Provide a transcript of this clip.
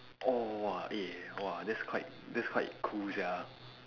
orh !wah! eh !wah! that's quite that's quite cool sia